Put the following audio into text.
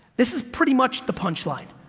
this is pretty much the punchline.